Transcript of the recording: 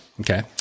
Okay